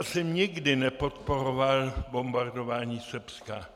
Já jsem nikdy nepodporoval bombardování Srbska.